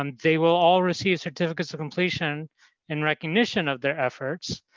um they will all receive certificates of completion in recognition of their efforts.